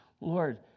Lord